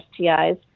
STIs